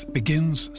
begins